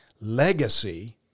legacy